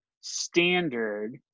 standard